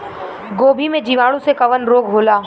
गोभी में जीवाणु से कवन रोग होला?